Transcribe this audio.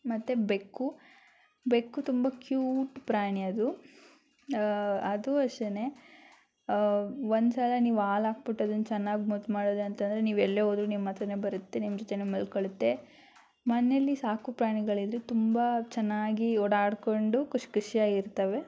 ಮತ್ತು ಬೆಕ್ಕು ಬೆಕ್ಕು ತುಂಬ ಕ್ಯೂಟ್ ಪ್ರಾಣಿ ಅದು ಅದೂ ಅಷ್ಟೇ ಒಂದು ಸಲ ನೀವು ಹಾಲಾಕ್ಬಿಟ್ ಅದನ್ನ ಚೆನ್ನಾಗಿ ಮುದ್ದು ಮಾಡಿದ್ರಿ ಅಂತಂದರೆ ನೀವು ಎಲ್ಲೇ ಹೋದ್ರೂ ನಿಮ್ಮ ಹತ್ರಾನೆ ಬರುತ್ತೆ ನಿಮ್ಮ ಜೊತೇನೆ ಮಲ್ಕೊಳ್ಳುತ್ತೆ ಮನೆಯಲ್ಲಿ ಸಾಕು ಪ್ರಾಣಿಗಳಿದ್ದರೆ ತುಂಬ ಚೆನ್ನಾಗಿ ಓಡಾಡಿಕೊಂಡು ಖುಷಿ ಖುಷಿಯಾಗಿ ಇರ್ತವೆ